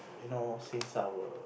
you know since our